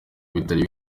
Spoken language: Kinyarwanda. bitari